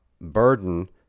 burden